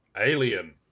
Alien